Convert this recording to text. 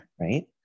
right